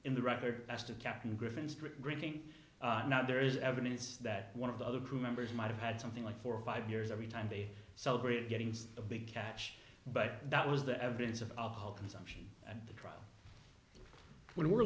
drinking now there is evidence that one of the other crew members might have had something like four or five years every time they celebrated getting a big cash but that was the evidence of alcohol consumption and the trial when we're